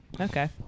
Okay